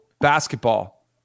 basketball